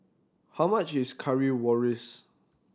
how much is Currywurst